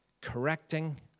correcting